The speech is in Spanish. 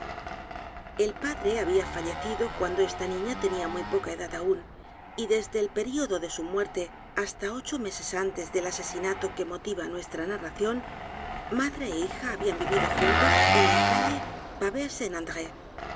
el padre había fallecido cuando esta niña tenía muy poca edad aún y desde el período de su muerte hasta ocho meses antes del asesinato que motiva nuestra narración m a d r e ó hija habían vivido juntas en la calle